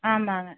ஆமாம்ங்க